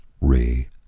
Ray